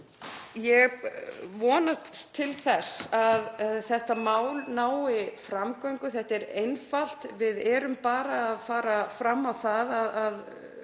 Ég vonast til þess að þetta mál nái framgöngu. Þetta er einfalt. Við erum bara að fara fram á það að